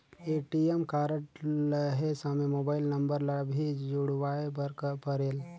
ATM card लहे समय mobile number ला भी जुड़वाए बर परेल?